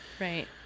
right